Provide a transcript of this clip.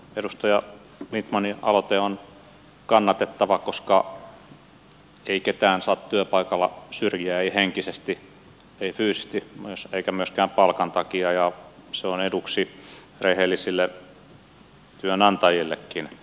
edustaja lindtmanin aloite on kannatettava koska ei ketään saa työpaikalla syrjiä ei henkisesti ei fyysisesti eikä myöskään palkan takia ja se on eduksi rehellisille työnantajillekin